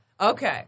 Okay